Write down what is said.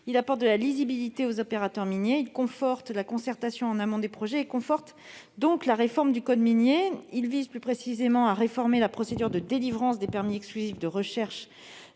à donner de la lisibilité aux opérateurs miniers, à conforter la concertation en amont des projets et à consolider la réforme du code minier. Il vise plus précisément à réformer la procédure de délivrance des permis exclusifs de recherche